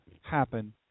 happen